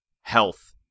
health